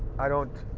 i don't.